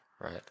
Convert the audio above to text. Right